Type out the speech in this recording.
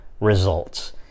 results